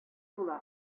була